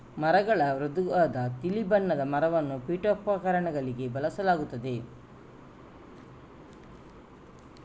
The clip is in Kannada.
ಮರಗಳ ಮೃದುವಾದ ತಿಳಿ ಬಣ್ಣದ ಮರವನ್ನು ಪೀಠೋಪಕರಣಗಳಿಗೆ ಬಳಸಲಾಗುತ್ತದೆ